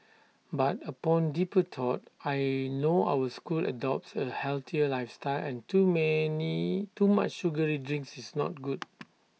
but upon deeper thought I know our school adopts A healthier lifestyle and too many too much sugary drinks is not good